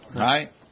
Right